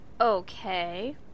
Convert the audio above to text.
Okay